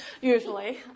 usually